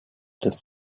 das